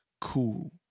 Cool